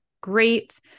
great